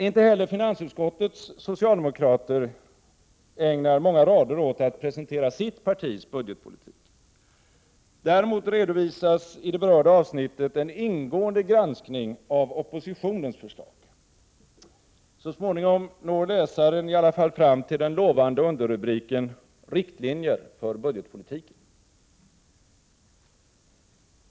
Inte heller finansutskottets socialdemokrater ägnar många rader åt att presentera sitt partis budgetpolitik. Däremot redovisas i det berörda avsnittet en ingående granskning av oppositionens förslag. Så småningom når läsaren i alla fall fram till den lovande underrubriken ”Riktlinjer för budgetpolitiken”.